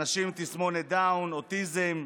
אנשים עם תסמונת דאון, אוטיזם,